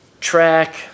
Track